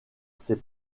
ses